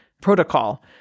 protocol